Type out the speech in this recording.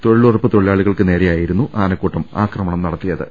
തൊഴിലുറപ്പ് തൊഴിലാളികൾക്കുനേരെയായി രുന്നു ആനക്കൂട്ടം ആക്രമണം നടത്തിയത്